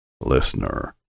Listener